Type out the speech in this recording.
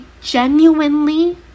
genuinely